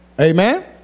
Amen